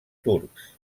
turcs